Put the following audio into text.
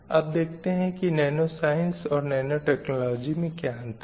अब देखते हैं की नैनो साइयन्स और नैनो टेक्नॉलजी में क्या अंतर है